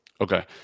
Okay